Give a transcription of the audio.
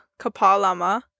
Kapalama